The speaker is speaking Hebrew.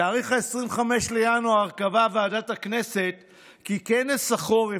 בתאריך 25 בינואר קבעה ועדת הכנסת כי כנס החורף,